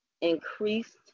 increased